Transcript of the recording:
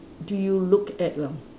do you look at lah